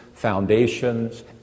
foundations